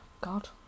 God